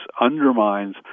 undermines